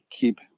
keep